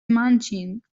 munching